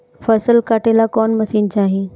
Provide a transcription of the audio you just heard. फसल काटेला कौन मशीन चाही?